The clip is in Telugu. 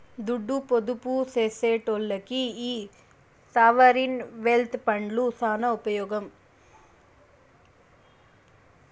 దుడ్డు పొదుపు సేసెటోల్లకి ఈ సావరీన్ వెల్త్ ఫండ్లు సాన ఉపమోగం